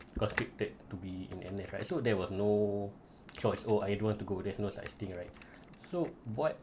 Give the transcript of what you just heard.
because scripted to be in ended right so there was no choice oh I don't want to go there's no such thing right so what